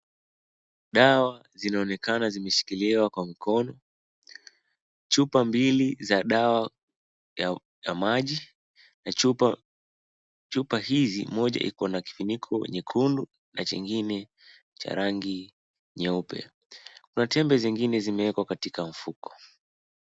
Dawa zinaonekana zimeshikiliwa kwa mkono, chupa mbili za dawa ya maji na chupa hii, moja iko na kifuniko yenye iko nyekundu na nyingine cha rangi nyeupe, kuna tembe zingine zimewekwa katika mfuko.